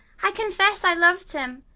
i confess i lov'd him,